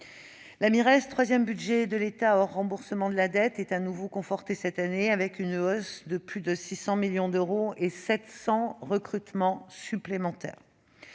La Mires, troisième budget de l'État hors remboursement de la dette, est de nouveau confortée cette année. Avec une hausse de plus de 600 millions d'euros et 700 recrutements supplémentaires,